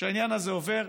שהעניין הזה עובר.